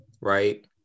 right